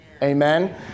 Amen